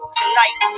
tonight